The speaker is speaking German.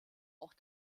auch